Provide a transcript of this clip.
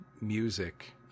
music